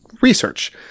research